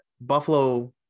Buffalo